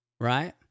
right